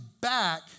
back